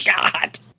God